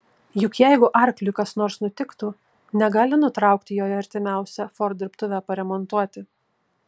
juk jeigu arkliui kas nors nutiktų negali nutraukti jo į artimiausią ford dirbtuvę paremontuoti